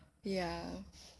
ya